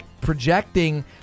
projecting